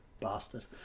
bastard